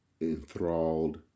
enthralled